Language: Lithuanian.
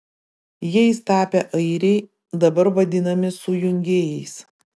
jais tapę airiai dabar vadinami sujungėjais